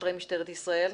שוטרי משטרת ישראל,